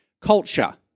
culture